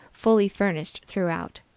fully furnished throughout.